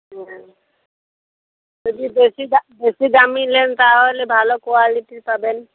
হ্যাঁ যদি বেশি দা বেশি দামি নেন তাহলে ভালো কোয়ালিটির পাবেন